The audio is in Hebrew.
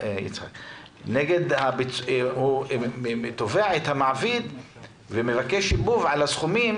הוא תובע את המעביד ומבקש שיבוב על הסכומים